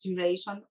duration